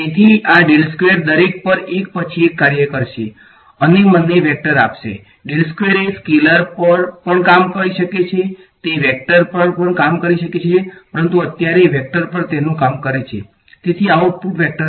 તેથી આ દરેક પર એક પછી એક કાર્ય કરશે અને મને વેક્ટર આપશે એ સ્કેલર પર પણ કામ કરી શકે છે તે વેક્ટર પર કામ કરી શકે છે પરંતુ અત્યારે વેક્ટર પર તેનુ કામ કરે છે તેથી આઉટપુટ વેક્ટર હશે